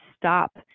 stop